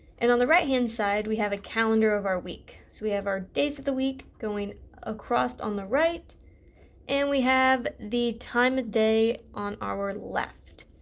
and on the right hand side we have a calendar of our week, so we have our days of the week going across on the right and we have the time of day on our left.